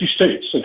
states